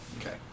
Okay